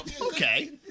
Okay